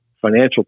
financial